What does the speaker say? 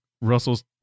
Russell's